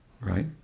right